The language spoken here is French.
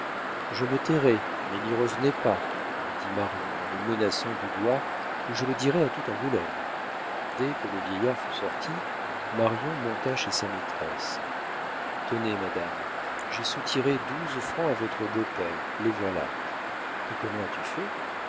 je me tairai mais n'y revenez pas lui dit marion en le menaçant du doigt ou je le dirais à tout angoulême dès que le vieillard fut sorti marion monta chez sa maîtresse tenez madame j'ai soutiré douze francs à votre beau-père les voilà et comment as-tu fait